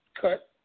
cut